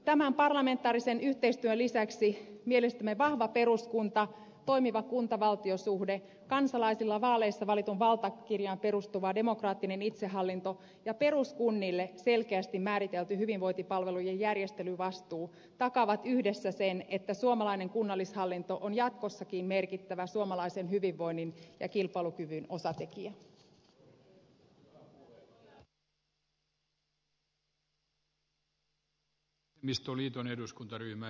tämän parlamentaarisen yhteistyön lisäksi vahva peruskunta toimiva kuntavaltio suhde kansalaisilta vaaleissa valittuun valtakirjaan perustuva demokraattinen itsehallinto ja peruskunnille selkeästi määritelty hyvinvointipalvelujen järjestelyvastuu mielestämme takaavat yhdessä sen että suomalainen kunnallishallinto on jatkossakin merkittävä suomalaisen hyvinvoinnin ja kilpailukyvyn osatekijä